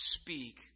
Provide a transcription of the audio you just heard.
speak